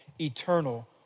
eternal